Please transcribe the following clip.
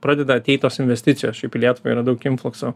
pradeda ateit tos investicijos šiaip į lietuvą yra daug influkso